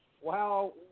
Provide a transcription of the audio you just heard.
Wow